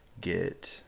get